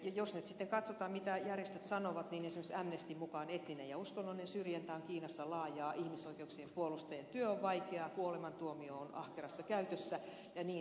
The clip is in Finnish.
jos nyt sitten katsotaan mitä järjestöt sanovat niin esimerkiksi amnestyn mukaan etninen ja uskonnollinen syrjintä on kiinassa laajaa ihmisoikeuksien puolustajien työ on vaikeaa kuolemantuomio on ahkerassa käytössä ja niin edelleen